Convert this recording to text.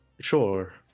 Sure